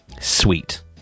Sweet